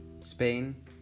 Spain